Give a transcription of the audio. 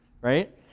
right